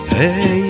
Hey